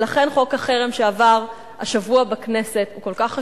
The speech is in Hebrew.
ולכן חוק החרם שעבר השבוע בכנסת הוא כל כך חשוב,